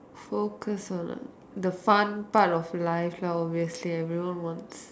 focus on the fun part of life lah obviously everyone wants